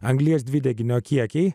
anglies dvideginio kiekiai